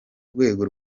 rwego